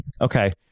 Okay